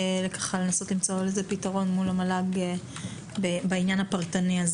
למצוא לזה פתרון מול המל"ג בעניין הפרטני.